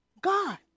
God